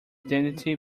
identity